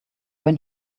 when